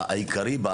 וזה